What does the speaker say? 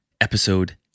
Episode